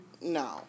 no